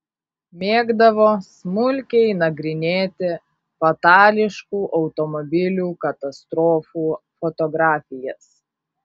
mėgdavo smulkiai nagrinėti fatališkų automobilių katastrofų fotografijas